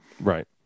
Right